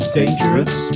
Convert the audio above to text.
dangerous